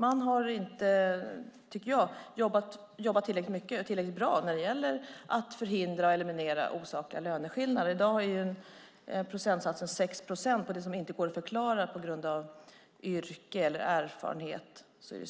Jag tycker inte att de har jobbat tillräckligt mycket och tillräckligt bra när det gäller att förhindra och eliminera osakliga löneskillnader. I dag är det 6 procents löneskillnad som inte går att förklara på grund av yrke eller erfarenhet. Det är